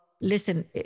listen